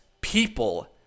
people